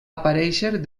aparèixer